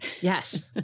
Yes